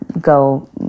go